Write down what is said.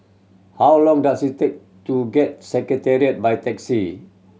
how long does it take to get Secretariat by taxi